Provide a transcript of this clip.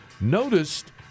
noticed